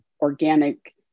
organic